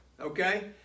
okay